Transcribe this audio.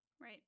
right